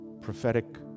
prophetic